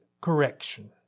correction